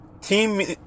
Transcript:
Team